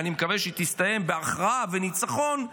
ואני מקווה שהיא תסתיים בהכרעה ובניצחון,